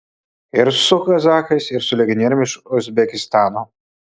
ir su kazachais ir su legionieriumi iš uzbekistano